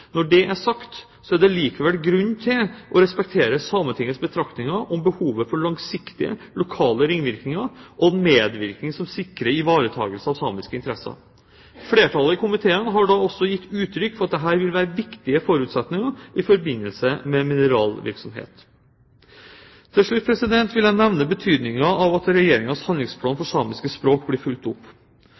Når det er sagt, er det likevel grunn til å respektere Sametingets betraktninger om behovet for langsiktige lokale ringvirkninger og medvirkning som sikrer ivaretakelse av samiske interesser. Flertallet i komiteen har da også gitt uttrykk for at dette vil være viktige forutsetninger i forbindelse med mineralvirksomhet. Til slutt vil jeg nevne betydningen av at Regjeringens handlingsplan for samiske språk blir fulgt opp.